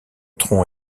tronc